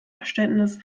verständnis